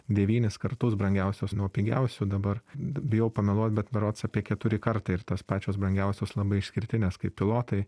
devynis kartus brangiausias nuo pigiausių dabar b bijau pameluot bet berods apie keturi kartai ir tos pačios brangiausios labai išskirtinės kaip pilotai